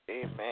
Amen